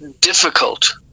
difficult